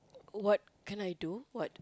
what can I do what